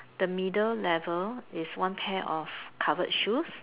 the middle level is one pair of covered shoes